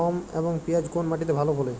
গম এবং পিয়াজ কোন মাটি তে ভালো ফলে?